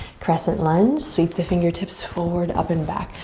crescent lunge. sweep the fingertips forward, up and back.